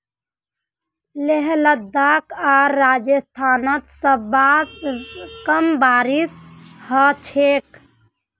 लेह लद्दाख आर राजस्थानत सबस कम बारिश ह छेक